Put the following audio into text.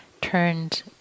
turned